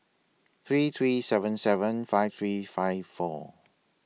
three three seven seven five three five four